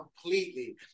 completely